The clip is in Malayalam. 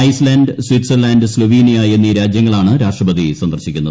ഐസ്ലാൻഡ് സ്വിറ്റ്സർലാൻഡ് സ്തൊവീനിയ എന്നീ രാജ്യങ്ങളാണ് രാഷ്ട്രപതി സന്ദർശിക്കുന്നത്